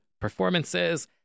performances